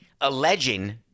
alleging